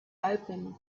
opened